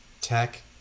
tech